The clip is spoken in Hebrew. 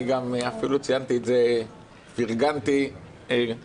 ואפילו פרגנתי גם